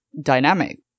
dynamic